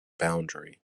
boundary